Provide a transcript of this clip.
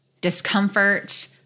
discomfort